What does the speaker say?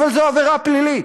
אבל זו עבירה פלילית.